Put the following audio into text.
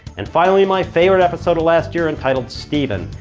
and finally, my favorite episode of last year, entitled stephen,